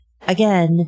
Again